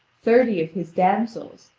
thirty of his damsels,